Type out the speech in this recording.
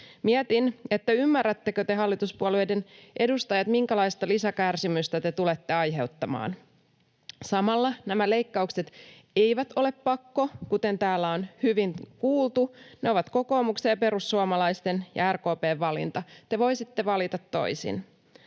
Mietin, ymmärrättekö te hallituspuolueiden edustajat, minkälaista lisäkärsimystä te tulette aiheuttamaan. Samalla nämä leikkaukset eivät ole pakko, kuten täällä on hyvin kuultu. Ne ovat kokoomuksen, perussuomalaisten ja RKP:n valinta. Te voisitte valita toisin.